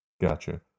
Gotcha